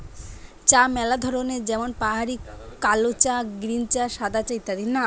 চা ম্যালা ধরনের যেমন পাহাড়ি কালো চা, গ্রীন চা, সাদা চা ইত্যাদি